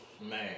Man